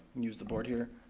use the board here.